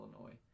Illinois